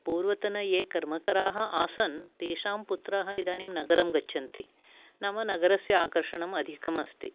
पूर्वतन ये कर्मकराः आसन् तेषां पुत्राः इदानीं नगरं गच्छन्ति नाम नगरस्य आकर्षणम् अधिकम् अस्ति